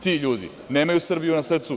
Ti ljudi, nemaju Srbiju na srcu.